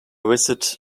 visit